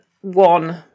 one